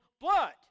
blood